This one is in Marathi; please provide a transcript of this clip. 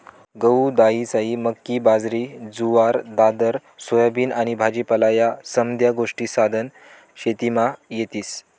गहू, दायीसायी, मक्की, बाजरी, जुवार, दादर, सोयाबीन आनी भाजीपाला ह्या समद्या गोष्टी सधन शेतीमा येतीस